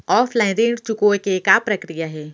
Offline ऋण चुकोय के का प्रक्रिया हे?